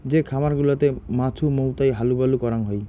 যে খামার গুলাতে মাছুমৌতাই হালুবালু করাং হই